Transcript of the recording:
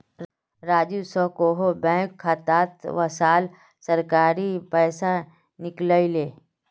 राजू स कोहो बैंक खातात वसाल सरकारी पैसा निकलई ले